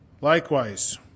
Likewise